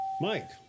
Mike